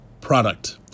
product